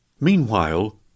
Meanwhile